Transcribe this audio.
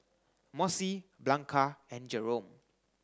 Mossie Blanca and Jerome